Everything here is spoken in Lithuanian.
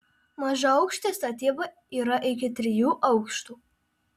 mažaaukštė statyba yra iki trijų aukštų